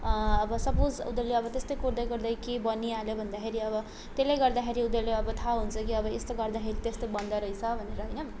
अब सापोज उनीहरूले अब त्यस्तै कोर्दै कोर्दै केही बनिहाल्यो भन्दाखेरि अब त्यसले गर्दाखेरि उनीहरूले अब थाहा हुन्छ कि अब यस्तो गर्दाखेरि त्यस्तो बनदो रहेछ भनेर होइन